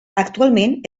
actualment